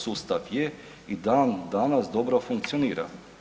Sustav je i dan danas dobro funkcionira.